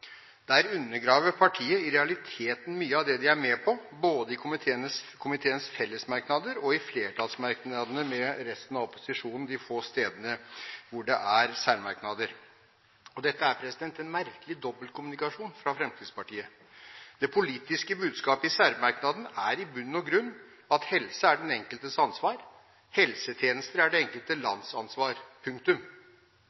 Der undergraver partiet i realiteten mye av det de er med på, både i komiteens fellesmerknader og i flertallsmerknadene med resten av opposisjonen de få stedene hvor det er særmerknader. Dette er en merkelig dobbeltkommunikasjon fra Fremskrittspartiet. Det politiske budskapet i særmerknaden er i bunn og grunn at helse er den enkeltes ansvar. Helsetjenester er det